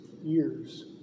years